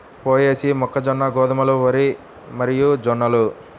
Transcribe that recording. పొయేసీ, మొక్కజొన్న, గోధుమలు, వరి మరియుజొన్నలు